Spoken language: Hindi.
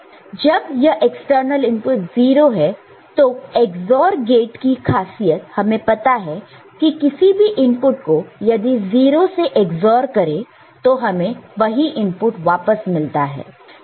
जब यह एक्सटर्नल इनपुट 0 है तो XOR गेट की खासियत हमें पता है कि किसी भी इनपुट को यदि 0 से XOR करें तो हमें वही इनपुट वापस मिलता है